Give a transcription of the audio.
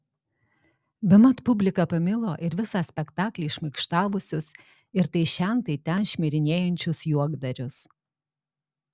bemat publika pamilo ir visą spektaklį šmaikštavusius ir tai šen tai ten šmirinėjančius juokdarius